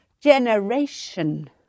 generation